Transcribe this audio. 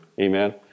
Amen